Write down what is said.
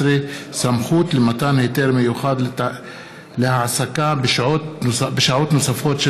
19) (סמכות למתן היתר מיוחד להעסקה בשעות נוספות של